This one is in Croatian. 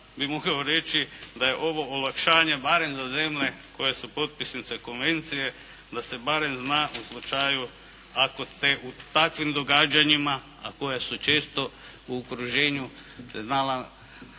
bih mogao reći da je ovo olakšanje barem za zemlje koje su potpisnice Konvencije, da se barem zna u slučaju ako te u takvim događanjima, a koja su često u okruženju …